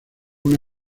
una